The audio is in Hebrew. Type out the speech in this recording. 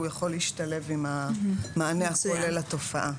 הוא יכול להשתלב עם המענה הכולל לתופעה.